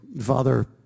Father